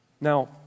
Now